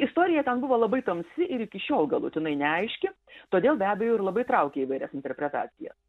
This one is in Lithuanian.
istorija ten buvo labai tamsi ir iki šiol galutinai neaiški todėl be abejo ir labai traukė įvairias interpretacijas